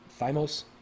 thymos